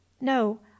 No